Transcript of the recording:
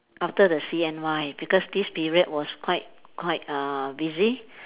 after the C_N_Y because this period was quite quite uh busy